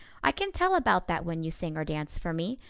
i can tell about that when you sing or dance for me.